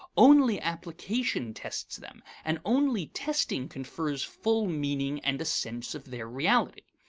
only application tests them, and only testing confers full meaning and a sense of their reality.